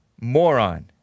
moron